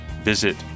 visit